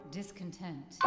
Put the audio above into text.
discontent